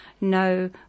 no